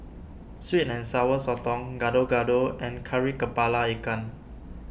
Sweet and Sour Sotong Gado Gado and Kari Kepala Ikan